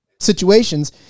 situations